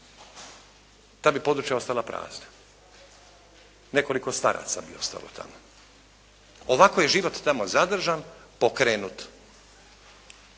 ta bi područja ostala prazna. Nekoliko starca bi ostalo tamo. Ovako je tamo život zadržan, pokrenut.